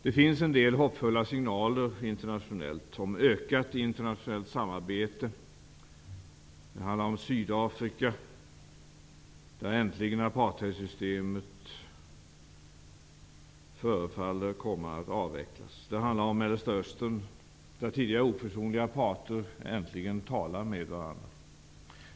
Det finns en del hoppfulla signaler om ökat internationellt samarbete. Det handlar om Sydafrika, där apartheidsystemet äntligen förefaller avvecklas. Det handlar om Mellersta östern, där tidigare oförsonliga parter äntligen talar med varandra.